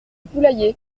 poulailler